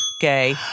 gay